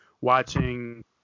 watching